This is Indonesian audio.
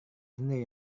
sendiri